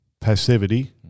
passivity